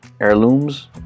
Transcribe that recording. heirlooms